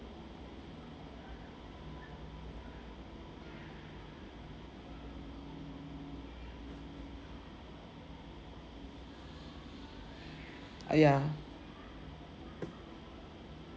ah ya